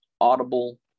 Audible